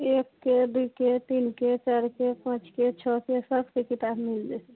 एकके दूके तीनके चारिके पाँचके छओके सबके किताब मिल जेतय